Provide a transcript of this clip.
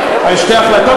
היו שתי החלטות.